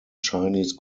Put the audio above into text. chinese